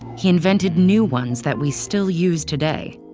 he invented new ones that we still use today.